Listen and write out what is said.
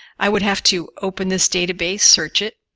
i would have to open this database, search it,